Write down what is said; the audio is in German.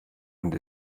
und